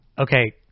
Okay